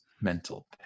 mental